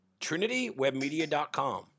trinitywebmedia.com